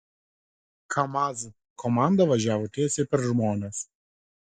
kamaz komanda važiavo tiesiai per žmones